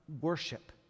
worship